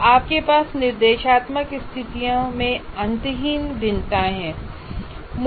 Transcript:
तो आपके पास निर्देशात्मक स्थितियों में अंतहीन भिन्नताएं हैं